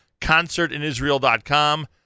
ConcertinIsrael.com